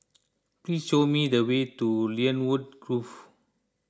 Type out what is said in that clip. please show me the way to Lynwood Grove